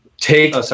take